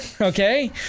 Okay